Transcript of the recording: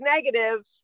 negative